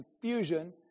confusion